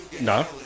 No